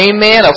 Amen